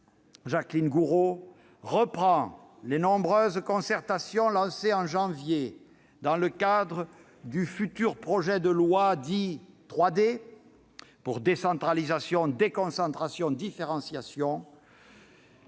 Jacqueline Gourault, reprend les nombreuses concertations lancées en janvier dernier, dans le cadre de la préparation du futur projet de loi dit « 3D », pour décentralisation, déconcentration, différenciation.